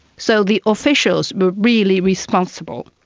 so the officials were really responsible.